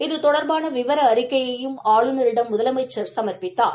இது தொடர்பான விவர அறிக்கையையும் ஆளுநரிடம் முதலமைச்சர் சமர்ப்பித்தார்